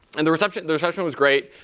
and the reception and reception was great.